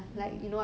mm